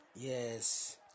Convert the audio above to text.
Yes